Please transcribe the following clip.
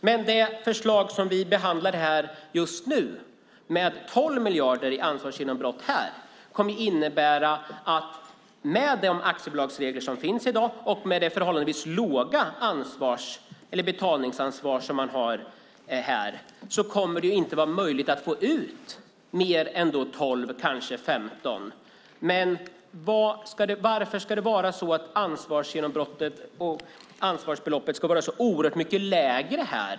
Enligt det förslag som vi behandlar just nu om 12 miljarder i ansvarsgenombrott kommer det, med den aktiebolagslag som finns i dag och med det förhållandevis ringa betalningsansvar som vi har här, inte att vara möjligt att få ut mer än 12 kanske 15 miljarder. Men varför ska ansvarsbeloppet vara så oerhört mycket lägre här?